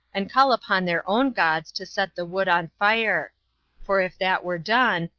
and call upon their own gods to set the wood on fire for if that were done,